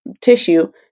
tissue